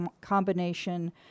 combination